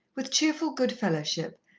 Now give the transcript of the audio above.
with cheerful good-fellowship,